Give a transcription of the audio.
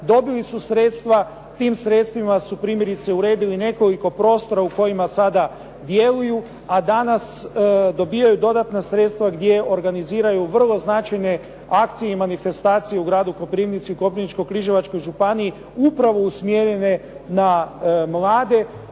dobili su sredstva. Tim sredstvima su primjerice uredili nekoliko prostora u kojima sada djeluju a danas dobivaju dodatna sredstva gdje organiziraju vrlo značajne akcije i manifestacije u gradu Koprivnici, u Koprivničko-križevačkoj županiji upravo usmjerene na mlade